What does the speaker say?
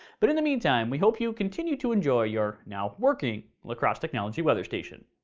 but in the meantime, we hope you continue to enjoy your, now working, la crosse technology weather station.